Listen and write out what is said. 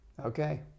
Okay